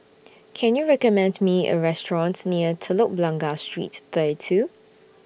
Can YOU recommend Me A restaurants near Telok Blangah Street thirty two